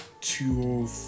two